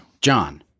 John